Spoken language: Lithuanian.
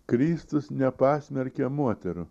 kristus nepasmerkė moterų